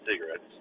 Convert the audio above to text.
cigarettes